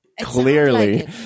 Clearly